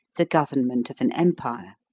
the government of an empire.